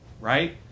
Right